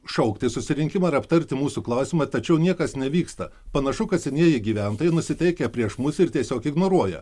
šaukti susirinkimą ir aptarti mūsų klausimą tačiau niekas nevyksta panašu kad senieji gyventojai nusiteikę prieš mus ir tiesiog ignoruoja